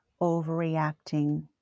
overreacting